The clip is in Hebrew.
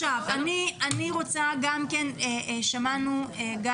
אני רוצה לשמוע את